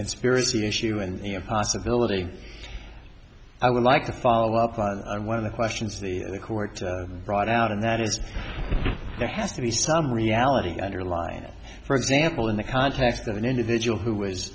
conspiracy issue and the possibility i would like to follow up on one of the questions the court brought out and that is there has to be some reality underlined for example in the context of an individual who was